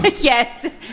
Yes